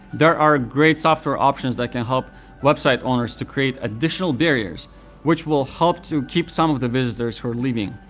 there are great software options that can help website owners to create additional barriers which will help to keep some of the visitors who are leaving.